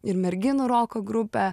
ir merginų roko grupę